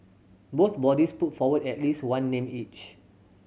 both bodies put forward at least one name each